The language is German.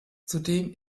zudem